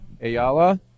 Ayala